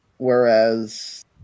Whereas